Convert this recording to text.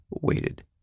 waited